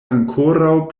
ankoraŭ